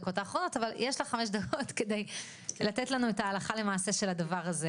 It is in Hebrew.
יש לך חמש דקות כדי לתת לנו הלכה למעשה של זה.